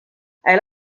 elle